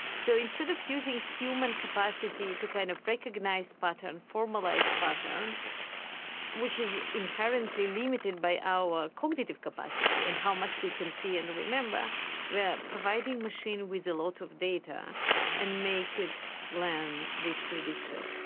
so, instead of using human capacity to kind of recognize pattern, but and formalize pattern which is inherently limited by our cognitive capacity and how much we can see and remember we're providing machine with a lot of data and make it learn this prediction.